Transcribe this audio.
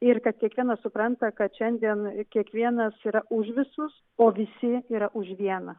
ir kad kiekvienas supranta kad šiandien kiekvienas yra už visus o visi yra už vieną